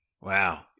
Wow